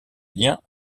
liens